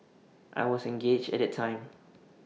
I was engaged at that time